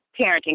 parenting